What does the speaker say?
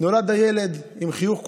נולד הילד עם חיוך.